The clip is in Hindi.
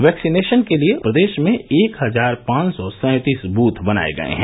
वैक्सीनेशन के लिये प्रदेश में एक हजार पांच सौ सैंतीस बूथ बनाये गये हैं